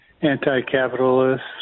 anti-capitalist